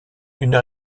une